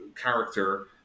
character